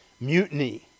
mutiny